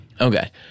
Okay